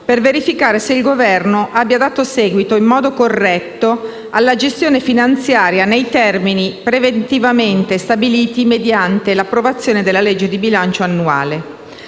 per verificare se il Governo abbia dato seguito in modo corretto alla gestione finanziaria nei termini preventivamente stabiliti mediante l'approvazione della legge di bilancio annuale.